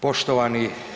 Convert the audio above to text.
Poštovani.